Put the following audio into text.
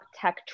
tech